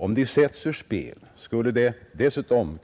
Om de sätts ur spel skulle det dessutom